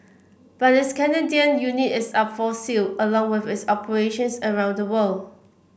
but this Canadian unit is up for sale along with its operations around the world